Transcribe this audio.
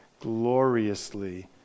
gloriously